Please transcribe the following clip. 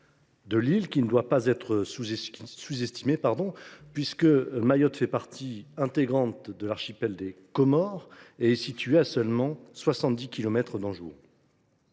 de l’île ne doit pas être sous estimée. Mayotte fait partie intégrante de l’archipel des Comores et est située à seulement 70 kilomètres